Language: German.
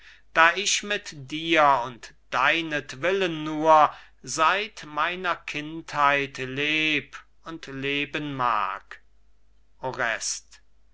da ich mit dir und deinetwillen nur seit meiner kindheit leb und leben mag